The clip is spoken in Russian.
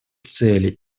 цели